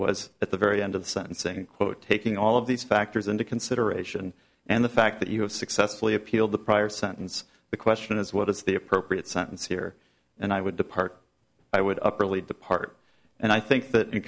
was at the very end of the sentencing quote taking all of these factors into consideration and the fact that you have successfully appealed the prior sentence the question is what is the appropriate sentence here and i would depart i would up really depart and i think that in